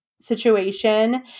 situation